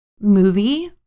movie